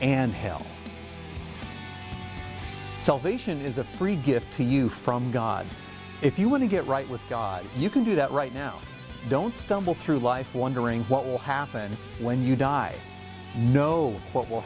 and hell salvation is a free gift to you from god if you want to get right with god you can do that right now don't stumble through life wondering what will happen when you die know what will